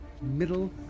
middle